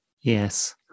Yes